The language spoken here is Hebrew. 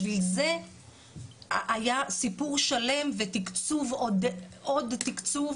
בשביל זה היה סיפור שלם ועוד תקצוב,